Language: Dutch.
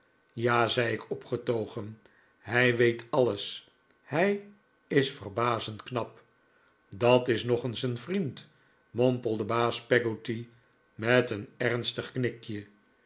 ja zei ik opgetogen hij weet alles hij is verbazend knap dat is nog eens een vriend mompelde baas peggotty met een ernstig knikje